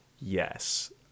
Yes